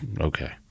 okay